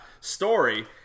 story